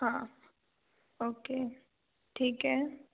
हाँ okay ठीक है